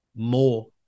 More